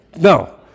No